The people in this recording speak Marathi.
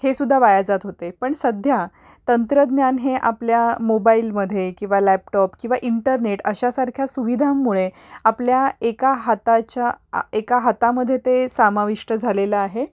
हेसुद्धा वाया जात होते पण सध्या तंत्रज्ञान हे आपल्या मोबाईलमध्ये किंवा लॅपटॉप किंवा इंटरनेट अशासारख्या सुविधांमुळे आपल्या एका हाताच्या एका हातामध्ये ते सामाविष्ट झालेलं आहे